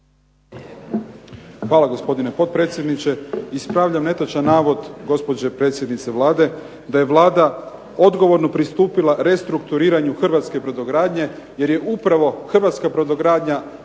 Hvala gospodine potpredsjedniče. Ispravljam netočan navod gospođe predsjednice Vlade, da je Vlada odgovorno pristupila restrukturiranju hrvatske brodogradnje, jer je upravo hrvatska brodogradnja